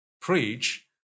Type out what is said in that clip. preach